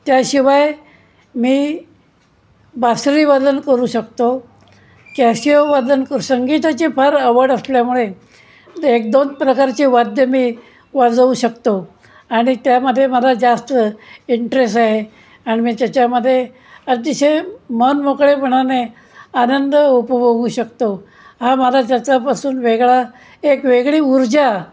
त्याशिवाय मी बासरी वादन करू शकतो कॅशिओ वादन करू संगीताची फार आवड असल्यामुळे एक दोन प्रकारचे वाद्य मी वाजवू शकतो आणि त्यामधे मला जास्त इंटरेस आहे आणि मी त्याच्यामध्ये अतिशय मन मोकळेपणाने आनंद उपभोगू शकतो हा मला त्याचापासून वेगळा एक वेगळी ऊर्जा